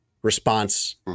response